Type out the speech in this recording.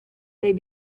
they